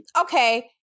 okay